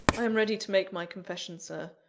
i am ready to make my confession, sir.